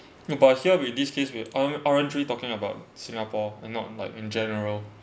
no but here with this case we talking about singapore and not like in general